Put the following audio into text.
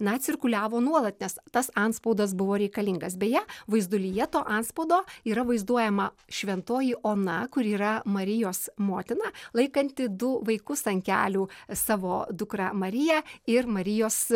na cirkuliavo nuolat nes tas antspaudas buvo reikalingas beje vaizdulyje to antspaudo yra vaizduojama šventoji ona kuri yra marijos motina laikanti du vaikus ant kelių savo dukrą mariją ir marijos